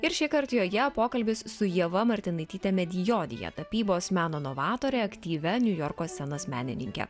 ir šįkart joje pokalbis su ieva martinaityte medijodja tapybos meno novatore aktyvia niujorko scenos menininke